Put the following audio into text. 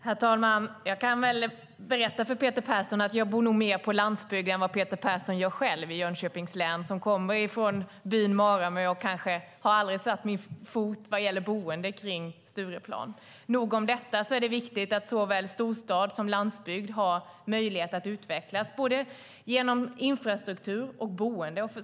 Herr talman! Jag kan väl berätta för Peter Persson att jag nog bor mer på landsbygd än vad Peter Persson gör själv i Jönköpings län. Jag kommer från byn Maramö och har aldrig satt min fot, vad gäller boende, kring Stureplan. Nog om detta. Det är viktigt att såväl storstad som landsbygd har möjlighet att utvecklas genom både infrastruktur och boende.